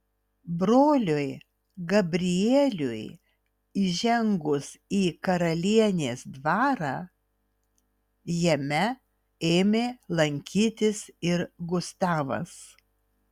broliui gabrieliui įžengus į karalienės dvarą jame ėmė lankytis ir gustavas